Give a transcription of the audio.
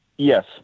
Yes